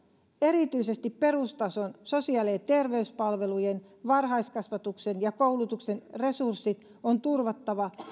erityisesti perustason sosiaali ja terveyspalvelujen varhaiskasvatuksen ja koulutuksen resurssit on turvattava